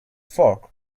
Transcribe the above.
fork